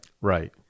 Right